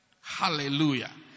Hallelujah